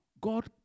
God